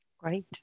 Great